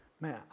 Man